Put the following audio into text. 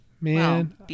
Man